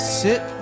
sit